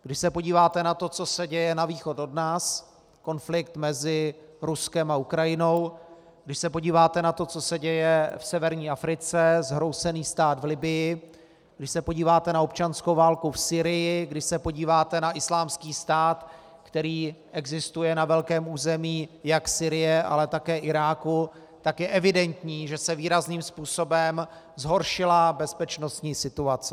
Když se podíváte na to, co se děje na východ od nás, konflikt mezi Ruskem a Ukrajinou, když se podíváte na to, co se děje v severní Africe, zhroucený stát v Libyi, když se podíváte na občanskou válku v Sýrii, když se podíváte na Islámský stát, který existuje na velkém území jak Sýrie, ale také Iráku, tak je evidentní, že se výrazným způsobem zhoršila bezpečnostní situace.